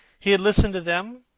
he had listened to them,